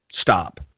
Stop